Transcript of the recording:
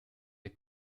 der